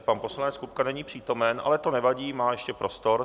Pan poslanec Kupka není přítomen, ale to nevadí, má ještě prostor.